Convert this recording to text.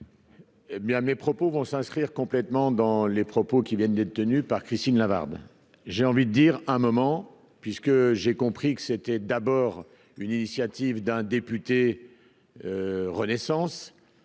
mes propos vont s'inscrire complètement dans les propos qui viennent d'être tenus par Christine Lavarde j'ai envie de dire un moment puisque j'ai compris que c'était d'abord une initiative d'un député Renaissance,